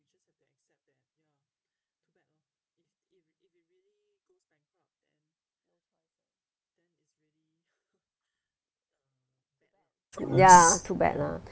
ya too bad lah